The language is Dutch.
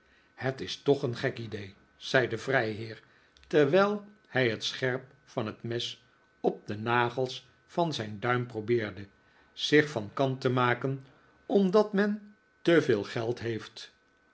het is toch een gek idee zei de vrijheer terwijl hij het scherp van het mes op den nagel van zijn duim probeerde zich van kant te maken omdat men te veel geld heeft